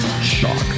Shock